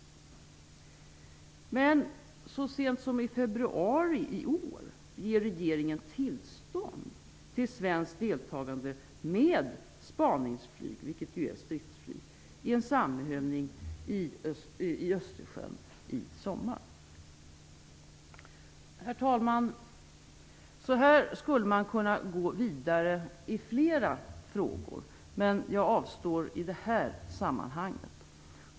Men så sent som i februari i år ger regeringen tillstånd till svenskt deltagande med spaningsflyg, vilket ju är stridsflyg, i en samövning vid Östersjön i sommar. Herr talman! Så här skulle man kunna gå vidare i flera frågor, men jag avstår i det här sammanhanget.